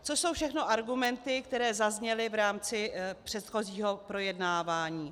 což jsou všechno argumenty, které zazněly v rámci předchozího projednávání.